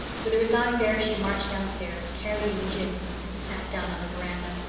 with a resigned air she marched downstairs, carrying jims, and sat down on the veranda.